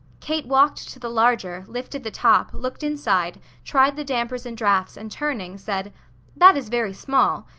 kate walked to the larger, lifted the top, looked inside, tried the dampers and drafts and turning said that is very small.